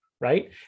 right